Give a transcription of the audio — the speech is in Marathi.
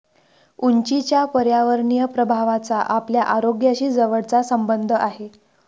उंचीच्या पर्यावरणीय प्रभावाचा आपल्या आरोग्याशी जवळचा संबंध आहे